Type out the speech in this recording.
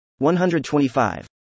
125